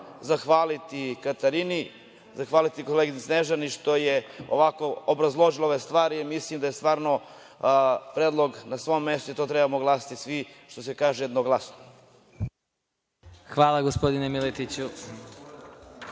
zahvaliti Katarini, zahvaliti koleginici Snežani što je ovako obrazložila ove stvari. Mislim da je stvarno predlog na svom mestu i trebamo glasati svi, što se kaže, jednoglasno. **Vladimir